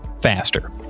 Faster